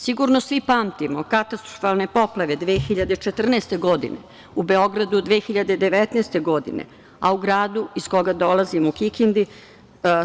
Sigurno svi pamtimo katastrofalne poplave 2014. godine, u Beogradu 2019. godine, a u gradu iz koga dolazim, u Kikindi,